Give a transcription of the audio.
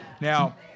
Now